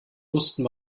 mussten